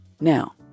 Now